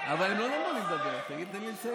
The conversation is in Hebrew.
אבל הם לא נתנו לי לדבר, תן לי לסיים.